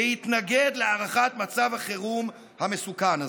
להתנגד להארכת מצב החירום המסוכן הזה.